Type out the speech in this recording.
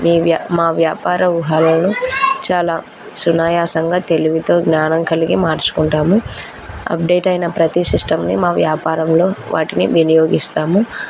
మీ వ్యా మా వ్యాపార వ్యూహాలలు చాలా సునాయాసంగా తెలివితో జ్ఞానం కలిగి మార్చుకుంటాము అప్డేట్ అయిన ప్రతి సిస్టమ్ని మా వ్యాపారంలో వాటిని వినియోగిస్తాము